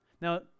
Now